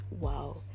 wow